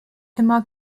immer